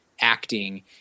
acting